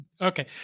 Okay